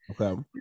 Okay